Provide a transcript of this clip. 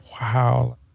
wow